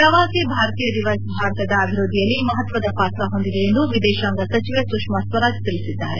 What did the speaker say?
ಪ್ರವಾಸಿ ಭಾರತೀಯ ದಿವಸ್ ಭಾರತದ ಅಭಿವೃದ್ಧಿಯಲ್ಲಿ ಮಪತ್ವದ ಪಾತ್ರ ಹೊಂದಿದೆ ಎಂದು ವಿದೇತಾಂಗ ಸಚಿವೆ ಸುಷ್ನಾ ಸ್ವರಾಜ್ ತಿಳಿಸಿದರು